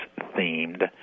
themed